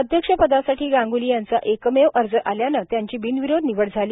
अध्यक्षपदासाठी गांग्ली यांचा एकमेव अर्ज आल्याने त्यांची बिनविरोध निवड झाली